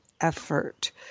effort